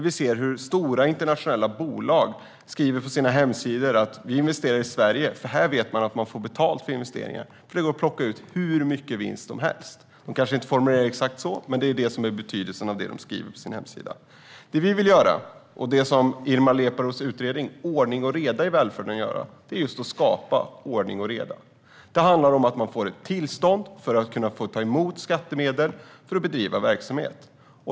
Vi ser hur stora internationella bolag skriver på sina hemsidor att de investerar i Sverige för att de vet att de får betalt för sina investeringar eftersom det går att plocka ut hur mycket vinst som helst. De kanske inte formulerar sig exakt så, men det är betydelsen av det de skriver på sina hemsidor. Det vi vill göra och det Ilmar Reepalus utredning Ordning och reda i välfärden vill göra är att just skapa ordning och reda. Det handlar om att få ett tillstånd för att få ta emot skattemedel i syfte att bedriva verksamhet.